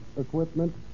equipment